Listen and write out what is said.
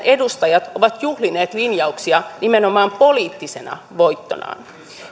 edustajat ovat juhlineet linjauksia nimenomaan poliittisena voittonaan